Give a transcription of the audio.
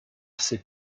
c’est